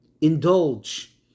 indulge